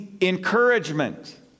encouragement